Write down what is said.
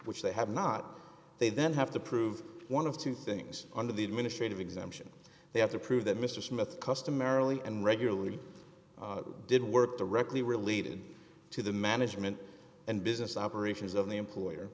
which they have not they then have to prove one of two things under the administrative exemption they have to prove that mr smith customarily and regularly did work directly related to the management and business operations of the employer